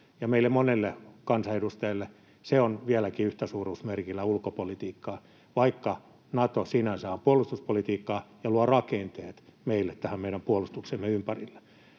meille monelle kansanedustajalle se on vieläkin yhtäsuuruusmerkillä ulkopolitiikkaa, vaikka Nato sinänsä on puolustuspolitiikkaa ja luo rakenteet meille tähän meidän puolustuksemme ympärille.